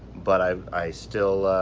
but i i still.